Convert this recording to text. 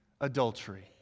adultery